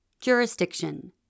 Jurisdiction